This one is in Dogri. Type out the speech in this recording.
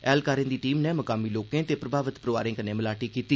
ऐह्लकारें दी टीम नै मुकामी लोकें ते प्रभावित परोआरें कन्नै मलाटी कीती